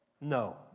No